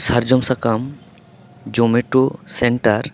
ᱥᱟᱨᱡᱚᱢ ᱥᱟᱠᱟᱢ ᱡᱩᱢᱮᱴᱳ ᱥᱮᱱᱴᱟᱨ